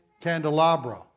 candelabra